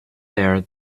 there